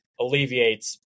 alleviates